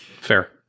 fair